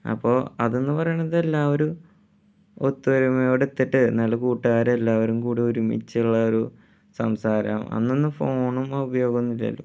അപ്പോൾ അതെന്ന് പറയുന്നത് എല്ലാവരും ഒത്തൊരുമയോട് ഒത്തിട്ട് ഞങ്ങൾ കൂട്ടുകാരെല്ലാവരും കൂടി ഒരുമിച്ചുള്ള ഒരു സംസാരം അന്നൊന്നും ഫോണൊന്നും ഉപയോഗമൊന്നുമില്ലല്ലോ